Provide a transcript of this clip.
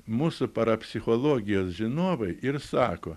mūsų parapsichologijos žinovai ir sako